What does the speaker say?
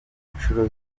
inshuro